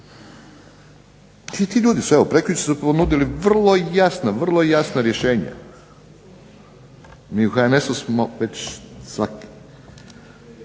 ti ljudi su evo prekjučer ponudili vrlo jasna rješenja. Mi u HNS-u već svako